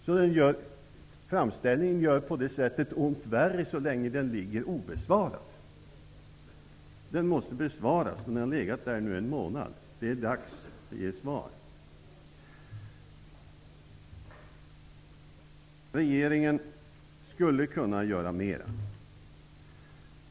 Så länge framställan ligger obesvarad gör den ont värre. Den måste besvaras. Den har legat hos regeringen i en månad. Det är dags att ge ett svar. Regeringen skulle kunna göra mer.